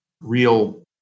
real